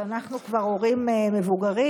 שאנחנו כבר הורים מבוגרים,